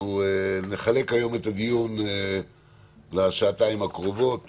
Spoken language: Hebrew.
נחלק היום את הדיון לשעתיים הקרובות